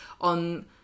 on